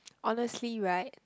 honestly right